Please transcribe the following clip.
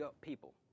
people